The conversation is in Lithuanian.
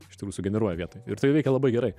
iš tikrųjų sugeneruoja vietoj ir tai veikia labai gerai